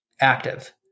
active